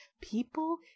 people